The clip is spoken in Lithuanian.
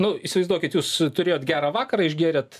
nu įsivaizduokit jūs turėjot gerą vakarą išgėrėt